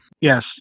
Yes